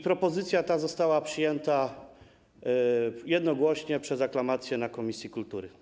Propozycja ta została przyjęta jednogłośnie, przez aklamację, na posiedzeniu komisji kultury.